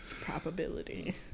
Probability